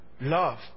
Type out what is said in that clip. Love